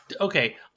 okay